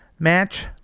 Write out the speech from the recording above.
match